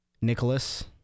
Nicholas